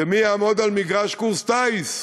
ומי יעמוד על מגרש קורס טיס?